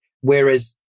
Whereas